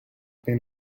been